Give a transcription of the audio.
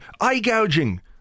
Eye-gouging